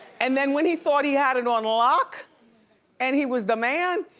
and then when he thought he had it on lock and he was the man,